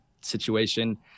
situation